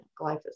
glyphosate